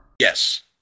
Yes